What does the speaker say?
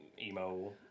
emo